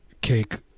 cake